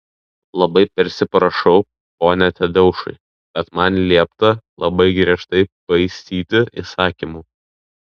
labai persiprašau pone tadeušai bet man liepta labai griežtai paisyti įsakymų